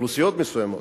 אוכלוסיות מסוימות.